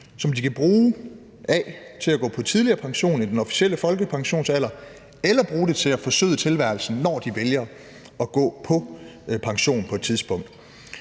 som de kan bruge af til at gå på tidligere pension end den officielle folkepensionsalder eller bruge til at forsøde tilværelsen, når de vælger at gå på pension på et tidspunkt.